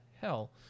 hell